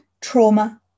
trauma